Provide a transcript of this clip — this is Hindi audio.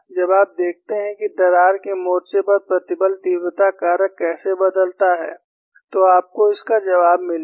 जब आप देखते हैं कि दरार के मोर्चे पर प्रतिबल तीव्रता कारक कैसे बदलता है तो आपको इसका जवाब मिलेगा